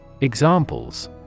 Examples